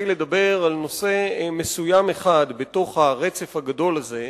לדבר על נושא מסוים אחד בתוך הרצף הגדול הזה,